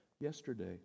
yesterday